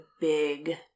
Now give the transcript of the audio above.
big